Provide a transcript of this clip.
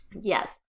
Yes